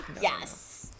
yes